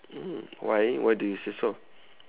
mm why why do you say so